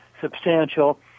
substantial